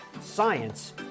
science